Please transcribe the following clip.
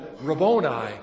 Rabboni